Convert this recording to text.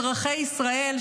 אזרחי ישראל,